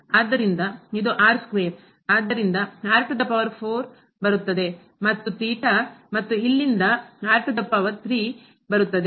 ಆದ್ದರಿಂದ ಇದು ಆದ್ದರಿಂದ ಬರುತ್ತದೆ ಮತ್ತು ಮತ್ತು ಇಲ್ಲಿಂದ ಬರುತ್ತದೆ